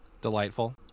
delightful